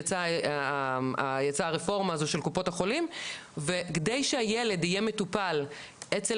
יצאה הרפורמה הזו של קופות החולים וכדי שהילד יהיה מטופל אצל